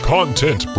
Content